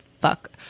fuck